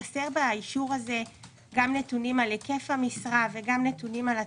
חסר באישור הזה גם נתונים על היקף המשרה וגם נתונים על התפקיד.